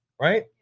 right